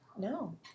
No